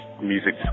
music